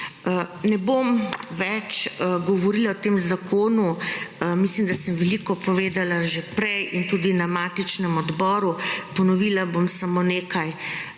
Ne bom več govorila o tem zakonu. Mislim, da sem veliko povedala že prej in tudi na matičnem odboru. Ponovila bom samo nekaj,